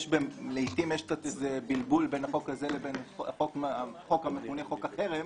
לעתים יש קצת איזה בלבול בין החוק הזה לבין חוק המכונה חוק החרם,